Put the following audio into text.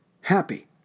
happy